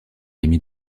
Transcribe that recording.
rémi